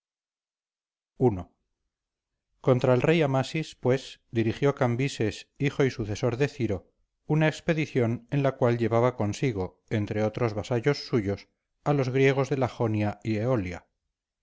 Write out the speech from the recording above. i contra el rey amasis pues dirigió cambises hijo y sucesor de ciro una expedición en la cual llevaba consigo entre otros vasallos suyos a los griegos de la jonia y eolia